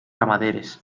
ramaderes